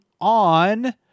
on